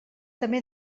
també